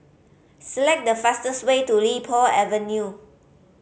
select the fastest way to Li Po Avenue